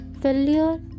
Failure